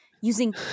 using